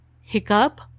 hiccup